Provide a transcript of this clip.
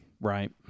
right